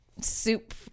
soup